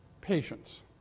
patience